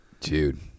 dude